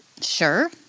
Sure